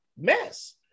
mess